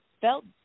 felt